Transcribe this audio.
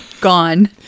Gone